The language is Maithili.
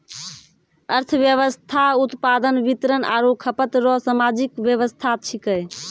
अर्थव्यवस्था उत्पादन वितरण आरु खपत रो सामाजिक वेवस्था छिकै